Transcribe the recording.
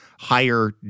higher